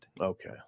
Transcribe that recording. okay